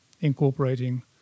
incorporating